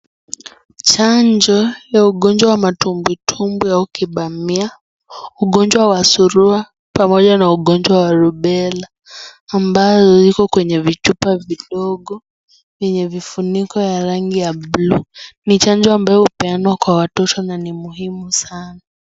Chanjo ya ugonjwa wa matungu tungu au kibamia, ugonjwa wa suluu, pamoja na ugonjwa wa rubela, ambayo iko kwenye vichupa vidogo, vyenye vifuniko ya rangi ya blue , ni chanjo ambayo hupeanwa kwa watoto na ni muhimu sana.